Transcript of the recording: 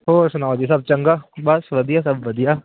ਹੋਰ ਸੁਣਾਓ ਜੀ ਸਭ ਚੰਗਾ ਬਸ ਵਧੀਆ ਸਭ ਵਧੀਆ